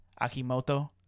akimoto